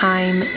Time